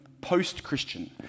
post-Christian